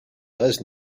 does